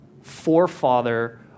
forefather